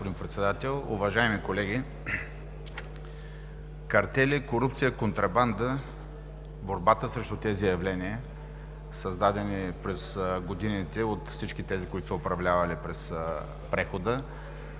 Уважаеми господин Председател, уважаеми колеги! Картели, корупция, контрабанда – борбата срещу тези явления, създадени през годините от всички тези, които са управлявали през прехода,